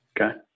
Okay